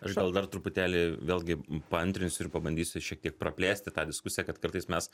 aš gal dar truputėlį vėlgi paantrinsiu ir pabandysiu šiek tiek praplėsti tą diskusiją kad kartais mes